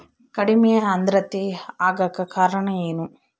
ಕಡಿಮೆ ಆಂದ್ರತೆ ಆಗಕ ಕಾರಣ ಏನು?